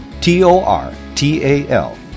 T-O-R-T-A-L